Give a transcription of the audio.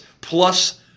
plus